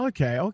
Okay